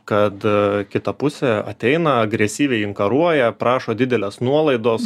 kad kita pusė ateina agresyviai inkaruoja prašo didelės nuolaidos